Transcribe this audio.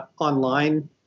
online